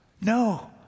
No